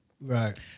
Right